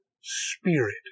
spirit